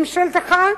ממשלתך,